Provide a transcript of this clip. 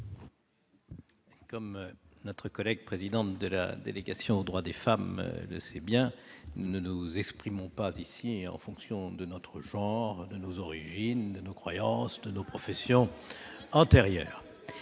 lois. Mme Billon, présidente de la délégation aux droits des femmes, le sait bien, nous ne nous exprimons pas ici en fonction de notre genre, de nos origines, de nos croyances, de nos professions antérieures.